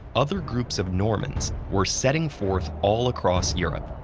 other groups of normans were setting forth all across europe,